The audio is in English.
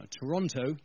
Toronto